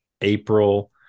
April